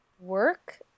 work